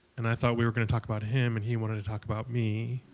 and i thought we were going to talk about him, and he wanted to talk about me.